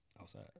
Outside